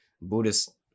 Buddhist